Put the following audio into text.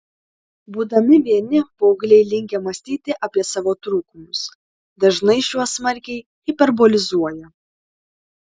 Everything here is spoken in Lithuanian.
būdami vieni paaugliai linkę mąstyti apie savo trūkumus dažnai šiuos smarkiai hiperbolizuoja